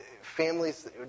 families